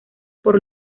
por